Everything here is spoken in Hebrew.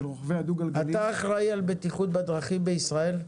רוכבי הדו גלגלי --- אתה אחראי על בטיחות בדרכים בישראל?